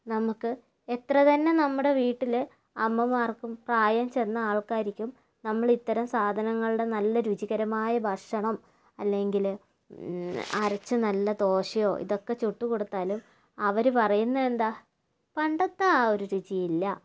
നമുക്ക് എത്രതന്നെ നമ്മുടെ വീട്ടിൽ അമ്മമാർക്കും പ്രായം ചെന്ന ആൾക്കാർക്കും നമ്മളിത്തരം സാധനങ്ങളുടെ നല്ല രുചികരമായ ഭക്ഷണം അല്ലെങ്കിൽ അരച്ച നല്ല ദോശയോ ഇതൊക്കെ ചുട്ടു കൊടുത്താലും അവർ പറയുന്നതെന്താ പണ്ടത്തെ ആ ഒരു രുചിയില്ല